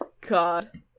god